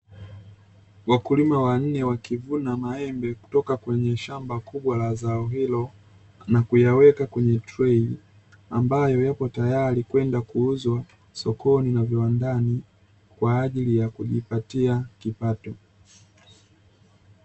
Wakulima wanne wakivuna maembe kutoka kwenye shamba kubwa la zao hilo, na kuyaweka kwenye trei, ambayo yapo tayari kwenda kuuzwa sokoni na viwandani kwa ajili ya kujipatia kipato.